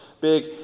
big